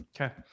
Okay